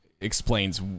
explains